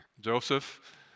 Joseph